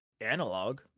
analog